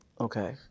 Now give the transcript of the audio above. Okay